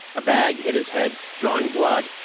a bag hit his head, drawing blood,